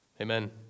Amen